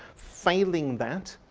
failing that,